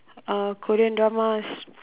uh Korean dramas